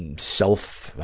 and self,